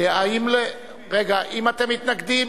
האם אתם מתנגדים?